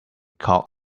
cock